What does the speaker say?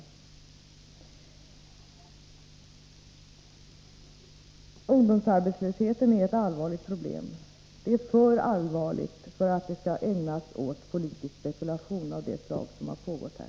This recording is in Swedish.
Ungdomsarbetslösheten är ett allvarligt problem. Det är för allvarligt för att det skall bli föremål för politisk spekulation av det slag som har pågått här.